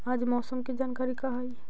आज मौसम के जानकारी का हई?